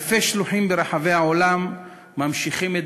אלפי שלוחים ברחבי העולם ממשיכים את